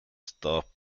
stop